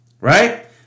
right